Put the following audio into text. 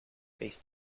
face